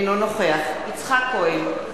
אינו נוכח יצחק כהן,